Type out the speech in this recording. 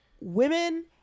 women